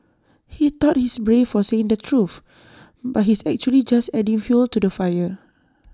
he thought he's brave for saying the truth but he's actually just adding fuel to the fire